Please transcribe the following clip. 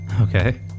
Okay